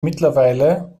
mittlerweile